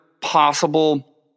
possible